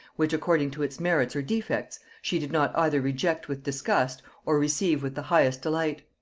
which, according to its merits or defects, she did not either reject with disgust, or receive with the highest delight.